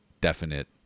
definite